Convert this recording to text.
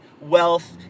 wealth